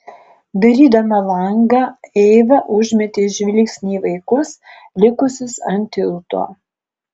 darydama langą eiva užmetė žvilgsnį į vaikus likusius ant tilto